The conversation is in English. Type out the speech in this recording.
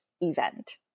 event